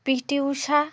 PT Usha